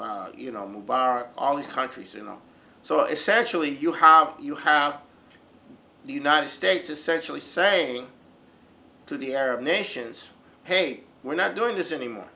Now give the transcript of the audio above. etc you know mubarak all these countries you know so essentially you have you have the united states essentially saying to the arab nations hey we're not doing this anymore